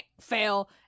fail